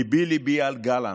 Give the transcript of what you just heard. ליבי ליבי על גלנט,